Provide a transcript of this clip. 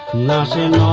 mass in